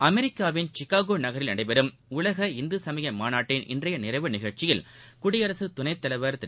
அமெரிக்காவின் சிகாகோநகரில் நடைபெறும் உலக இந்துசமயமாநாட்டின் இன்றையநிறைவு நிகழ்ச்சியில் குடியரசுத் துணைத் தலைவர் திரு